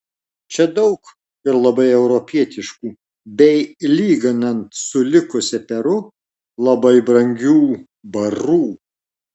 čia daug ir labai europietiškų bei lyginant su likusia peru labai brangių barų